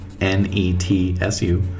N-E-T-S-U